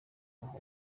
ubu